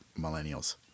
millennials